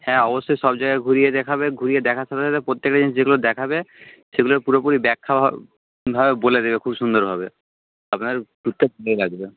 হ্যাঁ অবশ্যই সব জায়গা ঘুরিয়ে দেখাবে ঘুরিয়ে দেখার সাথে সাথে প্রত্যেকটা জিনিস যেগুলো দেখাবে সেগুলোর পুরোপুরি ব্যাখ্যাভাবে বলে দেবে খুব সুন্দরভাবে আপনার ট্যুরটা ভালো লাগবে